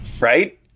Right